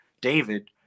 David